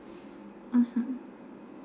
mmhmm